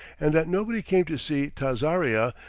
and that nobody came to see tazaria,